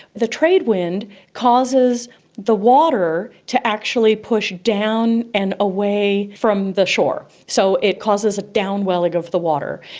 the trade wind causes the water to actually push down and away from the shore. so it causes a down-welling of the water.